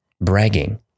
bragging